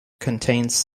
contains